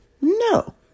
No